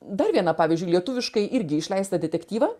dar vieną pavyzdžiui lietuviškai irgi išleistą detektyvą